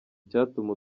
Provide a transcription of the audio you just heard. icyatuma